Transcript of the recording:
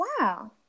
wow